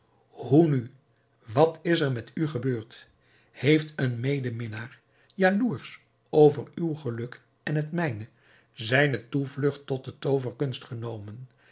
hoe nu wat is er met u gebeurd heeft een medeminnaar jaloersch over uw geluk en het mijne zijne toevlugt tot de tooverkunst genomen